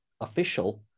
official